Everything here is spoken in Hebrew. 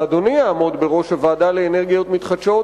שאדוני יעמוד בראש הוועדה לאנרגיות מתחדשות,